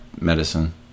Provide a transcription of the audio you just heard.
medicine